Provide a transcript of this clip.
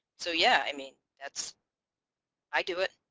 so yeah i mean that's i do it.